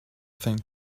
thing